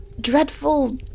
dreadful